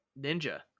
ninja